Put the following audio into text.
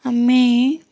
ଆମେ